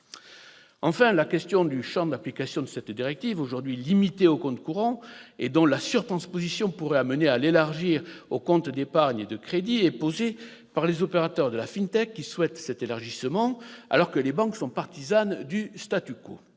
Enfin, la question du champ d'application de cette directive, aujourd'hui limitée aux comptes courants et dont la surtransposition pourrait amener à l'élargir aux comptes d'épargne et de crédit, est posée par les opérateurs de la qui souhaitent cet élargissement, alors que les banques sont partisanes du.